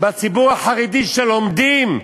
בציבור החרדי, שלומדים,